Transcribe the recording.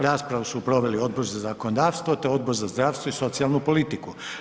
Raspravu su proveli Odbor za zakonodavstvo, te Odbor za zdravstvo i socijalnu politiku.